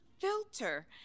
filter